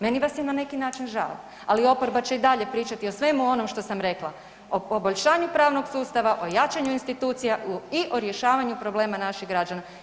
Meni vas je na neki način žao, ali oporba će i dalje pričati o svemu onome što sam rekla, o poboljšanju pravnog sustava, o jačanju institucija i o rješavanju problema naših građana.